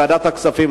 היא ועדת הכספים.